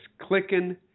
clicking